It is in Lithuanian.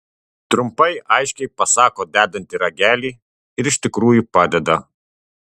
trumpai aiškiai pasako dedanti ragelį ir iš tikrųjų padeda